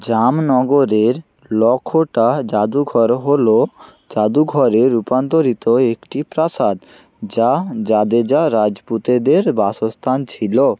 জামনগরের লখোটা জাদুঘর হলো জাদুঘরে রূপান্তরিত একটি প্রাসাদ যা জাদেজা রাজপুতেদের বাসস্থান ছিল